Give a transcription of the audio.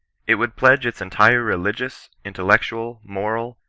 it would pledge its entire religious, intellectual, moral,